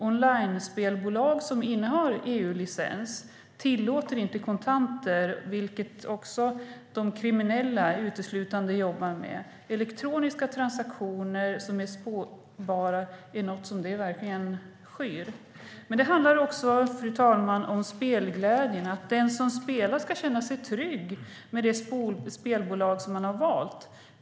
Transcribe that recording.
Onlinespelbolag som innehar EU-licens tillåter inte kontanter, som är det som kriminella uteslutande jobbar med. Elektroniska transaktioner som är spårbara är något som de verkligen skyr. Men det handlar också, fru talman, om spelglädjen, att de som spelar ska känna sig trygga med det spelbolag som de har valt.